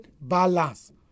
balance